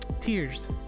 tears